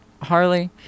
Harley